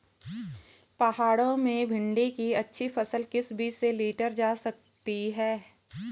पहाड़ों में भिन्डी की अच्छी फसल किस बीज से लीटर जा सकती है?